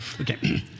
Okay